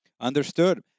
Understood